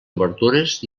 obertures